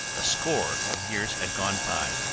a score of years had gone by,